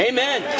Amen